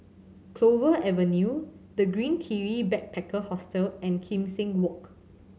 Clover Avenue The Green Kiwi Backpacker Hostel and Kim Seng Walk